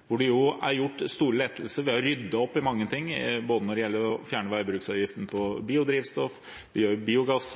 hvor det virkelig har vært et taktskifte siden vi fikk et nytt flertall, er det innenfor klimapolitikken. Her er det gjort store lettelser ved å rydde opp i mange ting, f.eks. ved å fjerne veibruksavgiften på biodrivstoff – vi gjør biogass